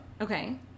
Okay